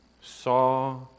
saw